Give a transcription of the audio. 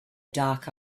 dark